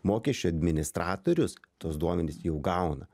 mokesčių administratorius tuos duomenis jau gauna